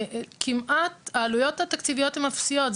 העלויות התקציביות הן אפסיות.